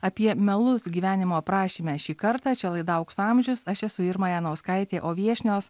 apie melus gyvenimo aprašyme šį kartą čia laidų aukso amžius aš esu irma janauskaitė o viešnios